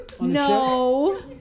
no